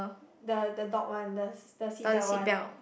the the dog one the seat belt one